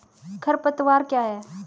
खरपतवार क्या है?